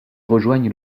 rejoignent